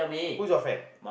who's your friend